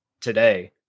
today